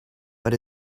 but